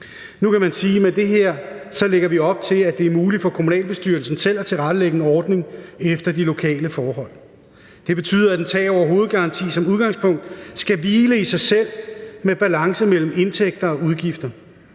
Nu kan man sige, at vi med det her lægger op til, at det er muligt for kommunalbestyrelsen selv at tilrettelægge en ordning efter de lokale forhold. Det betyder, at en tag over hovedet-garanti som udgangspunkt skal hvile i sig selv, at der skal være balance mellem indtægter og udgifter,